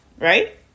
right